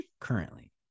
currently